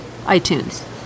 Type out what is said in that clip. iTunes